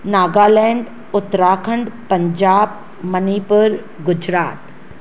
Nagaland Uttarakhand Punjab Manipur Gujarat